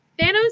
Thanos